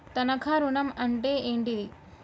తనఖా ఋణం అంటే ఏంటిది?